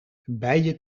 bijen